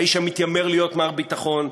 האיש המתיימר להיות "מר ביטחון",